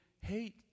Hate